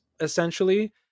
essentially